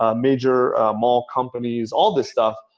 ah major mall companies. all this stuff,